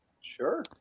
Sure